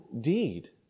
deed